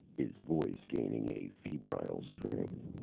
his voice gaining a febrile strength.